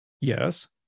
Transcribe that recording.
Yes